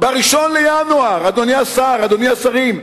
ב-1 בינואר, אדוני השר,